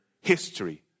history